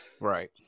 Right